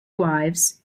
wives